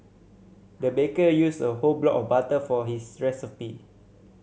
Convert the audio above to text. the baker used a whole block of butter for his recipe